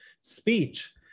speech